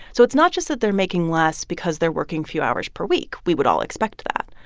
so it's not just that they're making less because they're working fewer hours per week. we would all expect that.